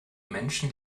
menschen